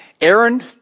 Aaron